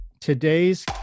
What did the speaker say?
today's